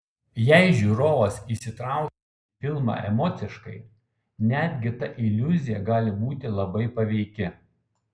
jei žiūrovas įsitraukia į filmą emociškai netgi ta iliuzija gali būti labai paveiki